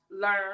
learn